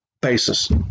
basis